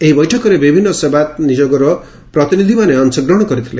ଏହି ବୈଠକରେ ବିଭିନ୍ ସେବାୟତ ନିଯୋଗର ପ୍ରତିନିଧିମାନେ ଅଂଶ ଗ୍ରହଶ କରିଥିଲେ